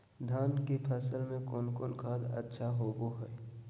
धान की फ़सल में कौन कौन खाद अच्छा होबो हाय?